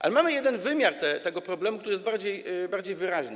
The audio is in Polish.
Ale mamy jeden wymiar tego problemu, który jest bardziej wyraźny.